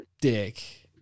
dick